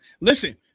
listen